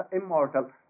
immortal